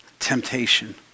temptation